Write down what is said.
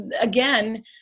again